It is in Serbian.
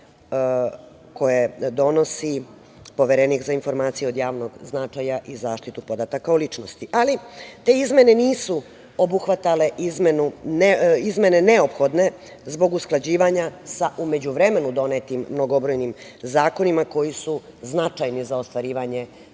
koje donosi Poverenik za informacije od javnog značaja i zaštitu podataka o ličnosti. Ali, te izmene nisu obuhvatale izmene neophodne zbog usklađivanja sa u međuvremenu donetim mnogobrojnim zakonima koji su značajni za ostvarivanje